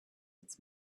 its